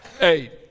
eight